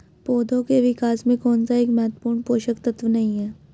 पौधों के विकास में कौन सा एक महत्वपूर्ण पोषक तत्व नहीं है?